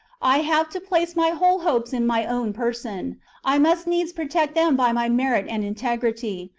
i have to place my whole hopes in my own person i must needs protect them by my merit and integrity,